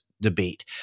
debate